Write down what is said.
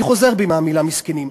אני חוזר בי מהמילה מסכנים.